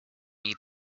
eat